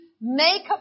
make